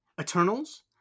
Eternals